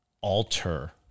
alter